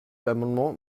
l’amendement